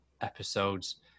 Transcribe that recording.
episodes